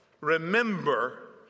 remember